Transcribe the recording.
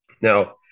Now